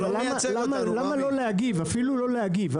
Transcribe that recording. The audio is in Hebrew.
אבל למה אפילו לא להגיב?